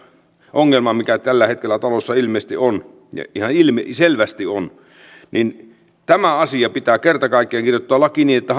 ongelmaan mikä tällä hetkellä talossa ilmeisesti on ja ihan ilmiselvästi on tämä asia pitää kerta kaikkiaan kirjoittaa lakiin niin että